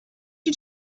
you